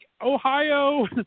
Ohio